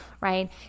right